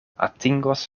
atingos